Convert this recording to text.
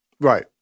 Right